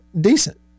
decent